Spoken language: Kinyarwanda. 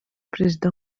perezida